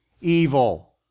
evil